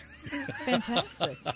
Fantastic